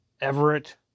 Everett